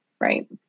right